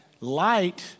Light